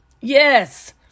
Yes